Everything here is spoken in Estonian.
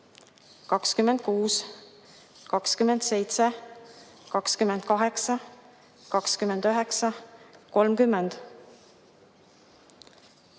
26, 27, 28, 29, 30,